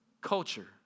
culture